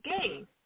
game